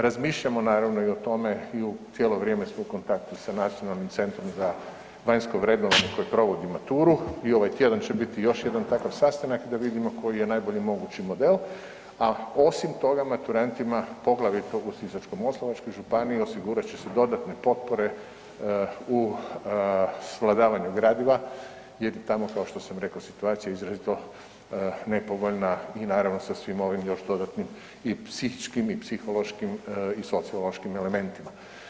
Razmišljamo naravno i o tome i cijelo vrijeme smo u kontaktu sa Nacionalnim centrom za vanjsko vrednovanje koje provodi maturu i ovaj tjedan će biti još jedan takav sastanak da vidimo koji je najbolji mogući model, a osim toga maturantima poglavito u Sisačko-moslavačkoj županiji osigurat će se dodatne potpore u svladavanju gradiva jer tamo kao što sam rekao situacija je izrazito nepovoljna i naravno sa svim ovim još dodatnim i psihičkim i psihološkim i sociološkim elementima.